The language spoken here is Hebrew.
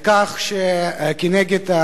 כנגד,